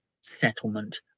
settlement